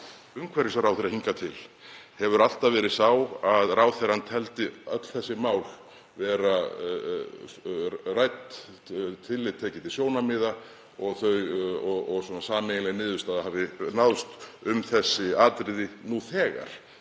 umhverfisráðherra hingað til hefur alltaf verið sá að ráðherrann teldi öll þessi mál vera rædd, tillit tekið til sjónarmiða, sameiginleg niðurstaða hafi náðst um þessi atriði nú þegar